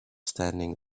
standing